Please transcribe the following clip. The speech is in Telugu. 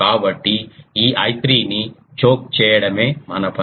కాబట్టి ఈ I3 ని చోక్ చేయడమే మన పని